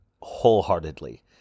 wholeheartedly